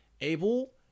able